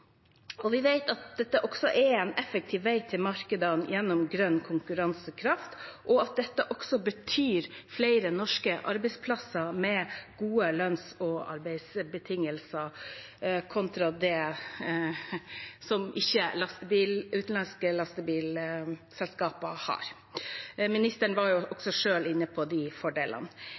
en effektiv vei til markedene gjennom grønn konkurransekraft, og at det betyr flere norske arbeidsplasser med gode lønns- og arbeidsbetingelser kontra det utenlandske lastebilselskaper har. Ministeren var også selv inne på de fordelene.